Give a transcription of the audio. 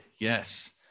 Yes